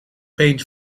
paint